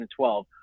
2012